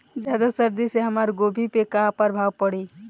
ज्यादा सर्दी से हमार गोभी पे का प्रभाव पड़ी?